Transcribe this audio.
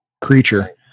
creature